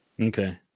Okay